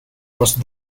must